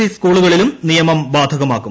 C സ്കൂളുകളിലും നിയമം ബാധകമാക്കും